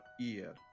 ear